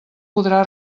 podrà